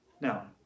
Now